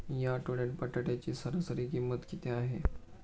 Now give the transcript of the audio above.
या आठवड्यात बटाट्याची सरासरी किंमत किती आहे?